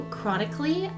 Chronically